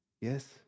Yes